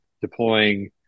deploying